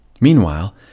Meanwhile